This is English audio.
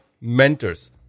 mentors